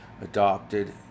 adopted